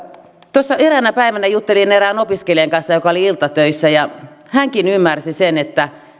tuossa eräänä päivänä juttelin erään opiskelijan kanssa joka oli iltatöissä ja hänkin ymmärsi sen että